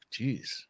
Jeez